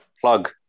Plug